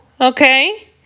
okay